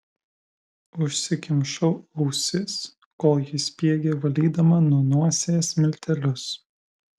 užsikimšau ausis kol ji spiegė valydama nuo nosies miltelius